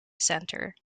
center